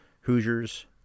Hoosiers